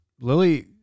Lily